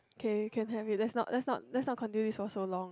K you can have it let's not let's not continue this for so long